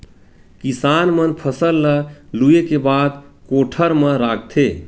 किसान मन फसल ल लूए के बाद कोठर म राखथे